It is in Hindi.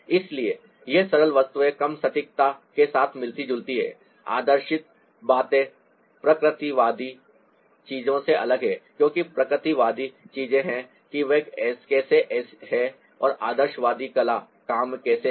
इसलिए यहां सरल वस्तुएँ कम सटीकता के साथ मिलती जुलती हैं आदर्शित बातें प्रकृतिवादी चीजों से अलग हैं क्योंकि प्रकृतिवादी चीजें हैं कि वे कैसी हैं और आदर्शवादी कला काम कैसे हैं